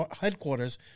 headquarters